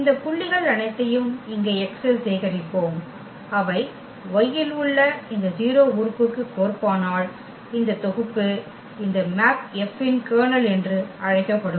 இந்த புள்ளிகள் அனைத்தையும் இங்கே X இல் சேகரிப்போம் அவை Y இல் உள்ள இந்த 0 உறுப்புக்கு கோர்ப்பானால் இந்த தொகுப்பு இந்த மேப் F இன் கர்னல் என்று அழைக்கப்படும்